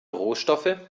rohstoffe